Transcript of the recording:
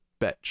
bitch